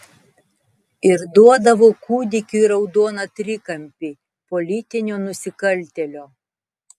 ir duodavo kūdikiui raudoną trikampį politinio nusikaltėlio